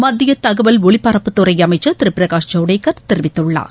மத்திய தகவல் ஒலிபரப்புத்துறை அமைச்சர் திரு பிரகாஷ் ஜவடேகர் தெரிவித்துள்ளார்